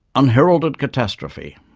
unheralded catastrophe.